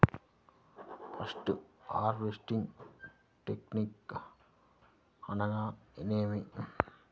Post harvesting technique అనగా నేమి?